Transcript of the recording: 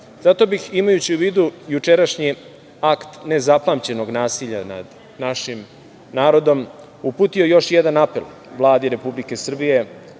Zato bih, imajući u vidu jučerašnji akt nezapamćenog nasilja nad našim narodom, uputio još jedan apel Vladi Republike Srbije